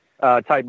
type